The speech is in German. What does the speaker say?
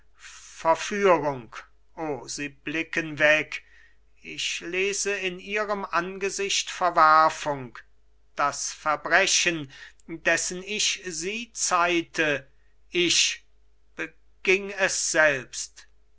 verführung o sie blicken weg ich lese in ihrem angesicht verwerfung das verbrechen dessen ich sie zeihte ich beging es selbst